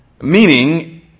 Meaning